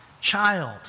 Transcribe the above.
child